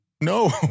no